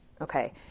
Okay